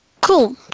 Cool